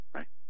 Right